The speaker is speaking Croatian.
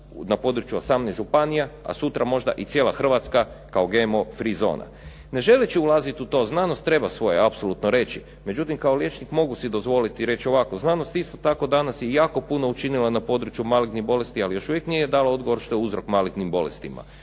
na području 18 županija, a sutra možda i cijela Hrvatska kao GMO free zona. Ne želeći ulaziti u to, znanost treba svoje apsolutno reći, međutim kao liječnik mogu si dozvoliti i reći ovako, znanost isto tako danas je jako puno učinila na području malignih bolesti, ali još uvijek nije dala odgovor što je uzrok malignim bolestima.